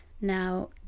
Now